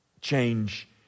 change